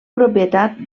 propietat